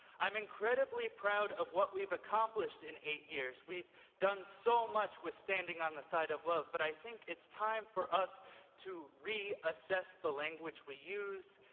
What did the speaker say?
i'm incredibly proud of what we've accomplished in eight years. we've done so much withstand withstanding on the side of love, but i think it's time for us to reaccess the language we use,